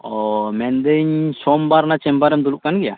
ᱚᱻ ᱢᱮᱱ ᱫᱟᱹᱧ ᱥᱚᱢᱵᱟᱨ ᱚᱱᱟ ᱪᱮᱢᱵᱟᱨ ᱮᱢ ᱫᱩᱲᱩᱵ ᱠᱟᱱ ᱜᱮᱭᱟ